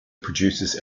produces